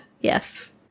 Yes